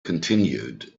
continued